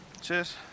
Cheers